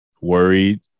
worried